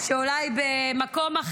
אני רוצה לספר לכם על אירוע שאולי במקום אחר,